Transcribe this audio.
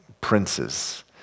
princes